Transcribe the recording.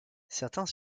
certains